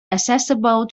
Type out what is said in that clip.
accessible